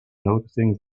noticing